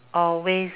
always